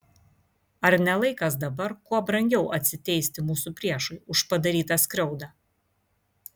ar ne laikas dabar kuo brangiau atsiteisti mūsų priešui už padarytą skriaudą